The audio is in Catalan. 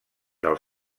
del